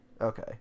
Okay